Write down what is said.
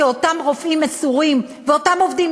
כי אותם רופאים מסורים ואותם עובדים,